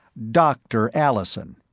dr. allison,